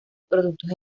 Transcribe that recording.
productos